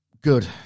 Good